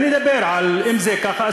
אם זה ככה,